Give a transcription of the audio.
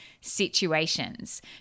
situations